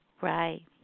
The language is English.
Right